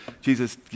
Jesus